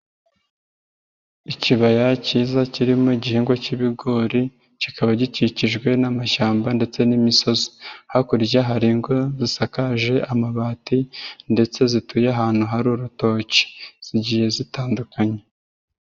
Ikibaya kiza kirimo igihingwa k'ibigori kikaba gikikijwe n'amashyamba ndetse n'imisozi, hakurya hari ingo zisakaje amabati ndetse zituye ahantu hari urutoki zigiye zitandukanye.